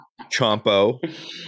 Chompo